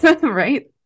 right